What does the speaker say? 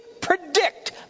predict